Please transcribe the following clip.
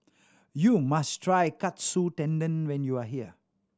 you must try Katsu Tendon when you are here